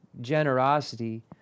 generosity